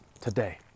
today